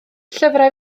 llyfrau